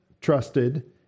trusted